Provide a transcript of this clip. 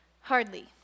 Hardly